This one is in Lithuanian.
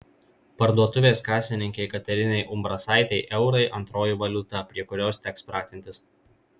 parduotuvės kasininkei katerinai umbrasaitei eurai antroji valiuta prie kurios teks pratintis